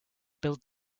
build